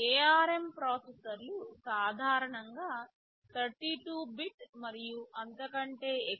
ARM ప్రాసెసర్లు సాధారణంగా 32 bit మరియు అంతకంటే ఎక్కువ